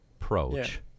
approach